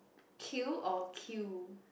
queue or kill